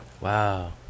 Wow